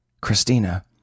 Christina